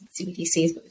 CBDCs